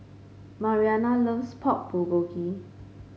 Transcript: Mariana loves Pork Bulgogi